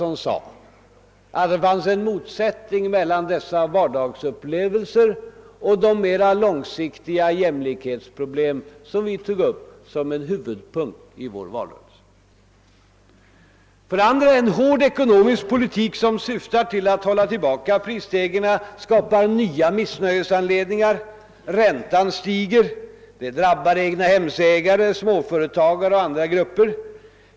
i Göteborg .sade att det fanns en motsättning mellan dessa vardagsupplevelser och de mer långsiktiga jämlikhetsproblem som vi tog upp som en huvudpunkt i vår valrörelse. För det andra skapar en hård ekonomisk politik, som: syftar till att hålla tillbaka prisstegringarna, nya missnöjesanledningar. Räntan stiger. Det drabbar egnahemsägare, småföretagare och andra grupper.